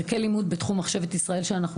ערכי לימוד בתחום מחשבת ישראל שאנחנו